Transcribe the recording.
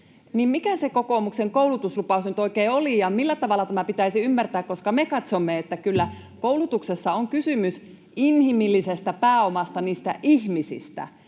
Mikä se kokoomuksen koulutuslupaus nyt oikein oli, ja millä tavalla tämä pitäisi ymmärtää? Me katsomme, että kyllä koulutuksessa on kysymys inhimillisestä pääomasta, niistä ihmisistä.